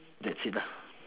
that's it lah